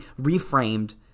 reframed